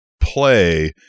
play